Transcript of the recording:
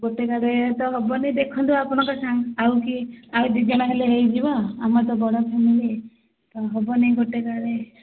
ଗୋଟେ ଗାଡ଼ିରେ ଇଏ ତ ହେବନି ଦେଖନ୍ତୁ ଆପଣଙ୍କ ଚାହିଁ ଆଉ କିଏ ଆଉ ଦୁଇଜଣ ହେଲେ ହେଇଯିବ ଆମର ତ ବଡ଼ ଫ୍ୟାମିଲୀ ହବନି ଗୋଟେ ଗାଡ଼ି